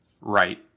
Right